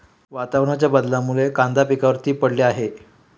वातावरणाच्या बदलामुळे कांदा पिकावर ती पडली आहे